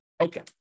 okay